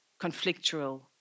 conflictual